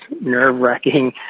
nerve-wracking